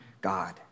God